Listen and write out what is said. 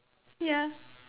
ya